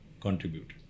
contribute